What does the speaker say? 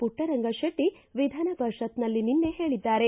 ಪುಟ್ಟರಂಗಶೆಟ್ಟ ವಿಧಾನ ಪರಿಷತ್ನಲ್ಲಿ ನಿನ್ನೆ ಹೇಳಿದ್ದಾರೆ